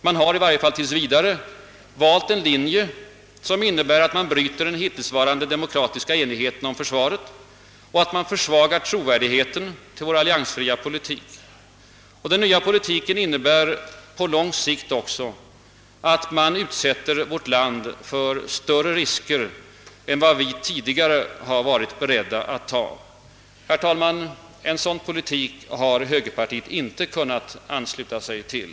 Man har, åtminstone tills vidare, valt en linje som innebär att man bryter den hittillsvarande demokratiska enigheten om försvaret och att man försvagar trovärdigheten till vår alliansfria utrikespolitik. Den nya politiken innebär på lång sikt också att man utsätter vårt land för större risker än vi tidigare varit beredda att ta. Herr talman! En sådan politik har högerpartiet icke kunnat ansluta sig till.